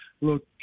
look